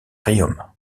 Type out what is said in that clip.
riom